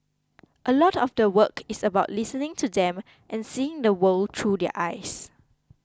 a lot of the work is about listening to them and seeing the world through their eyes